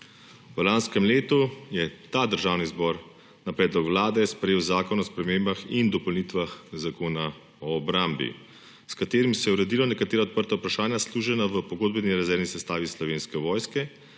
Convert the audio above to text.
V lanskem letu je ta državni zbor na predlog Vlade sprejel Zakon o spremembah in dopolnitvah Zakona o obrambi, s katerim se je uredilo nekatera odprta vprašanja služenja v pogodbeni rezervni sestavi Slovenske vojske